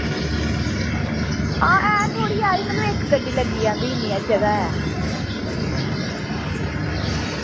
आं ऐ थोह्ड़ी हारकी मतलब इक्क गड्डी लग्गी जंदा इन्नी हारी जगह ऐ